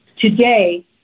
today